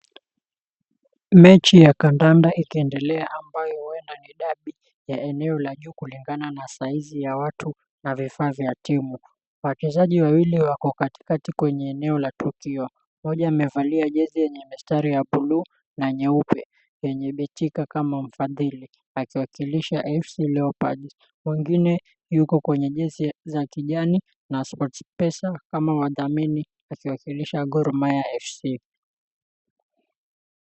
Mechi ya kandanda ikiendelea ambayo huenda ni dabi ya eneo la juu kulingana saizi ya watu na vifaa vya timu. Wachezaji wawili wako katikati kwenye eneo la tukio. Mmoja amevalia jezi yenye mistari ya buluu na nyeupe yenye Betika kama mfadhili, akiwakilisha FC Leopards. Mwingine yuko kwenye jezi za kijani na Sportpesa kama wadhamini akiwakilisha Gor Mahia FC.